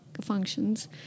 functions